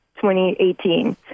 2018